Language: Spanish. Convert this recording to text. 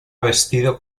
vestido